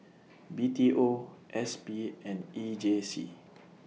B T O S P and E J C